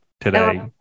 today